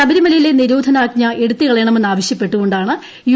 ശബരിമലയിലെ നിരോധനാജ്ഞ എടുത്തു കളയണമെന്നാവശ്യപ്പെട്ടാണ് യു